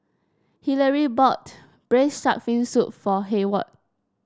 Hillary bought Braised Shark Fin Soup for Hayward